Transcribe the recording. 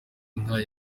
inka